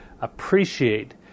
appreciate